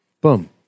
Boom